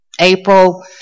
April